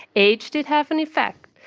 age did have an effect.